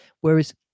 whereas